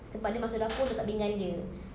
sebab dia masuk dapur buka pinggan dia